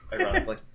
ironically